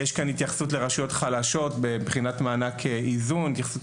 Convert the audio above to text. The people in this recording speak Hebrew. והתייחסות לרשויות חלשות ואיתנות מבחינת מענק איזון.